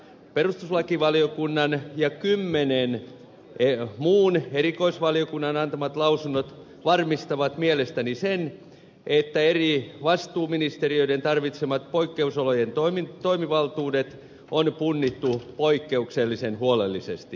perustuslakivaliokunnan ja kymmenen muun erikoisvaliokunnan antamat lausunnot varmistavat mielestäni sen että eri vastuuministeriöiden tarvitsemat poikkeusolojen toimivaltuudet on punnittu poikkeuksellisen huolellisesti